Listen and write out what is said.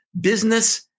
business